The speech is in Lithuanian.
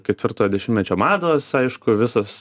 ketvirtojo dešimtmečio mados aišku visas